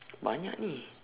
banyak ini